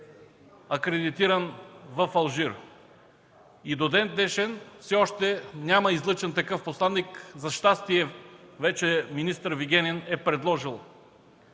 акредитиран в Алжир. До ден-днешен все още няма излъчен такъв посланик. За щастие, вече министър Вигенин е предложил